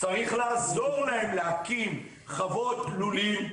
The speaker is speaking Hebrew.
צריך לעזור להם להקים חוות לולים,